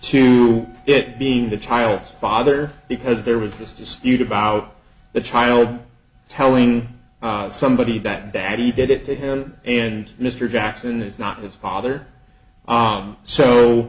to it being the child's father because there was this dispute about the child telling somebody that daddy did it to him and mr jackson is not his father on so